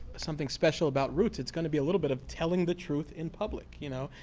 something special about roots. it's going to be a little bit of telling the truth in public, you know,